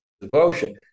devotion